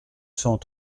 cent